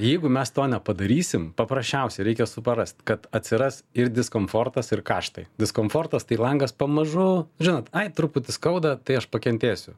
jeigu mes to nepadarysim paprasčiausiai reikia suprast kad atsiras ir diskomfortas ir kaštai diskomfortas tai langas pamažu žinot ai truputį skauda tai aš pakentėsiu